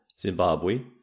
zimbabwe